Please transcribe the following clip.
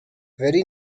very